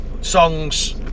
songs